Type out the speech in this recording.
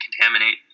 contaminate